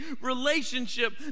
relationship